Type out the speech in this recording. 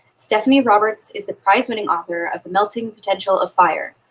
stephanie roberts is the prize-winning author of the melting potential of fire.